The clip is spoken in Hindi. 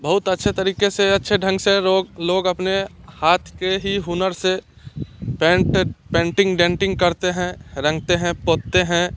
बहुत अच्छे तरीके से अच्छे ढंग से लोग लोग अपने हाथ के ही हुनर से पेंट पेंटिंग डेंटिंग करते हैं रंगते हैं पोतते हैं